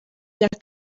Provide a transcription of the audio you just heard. myaka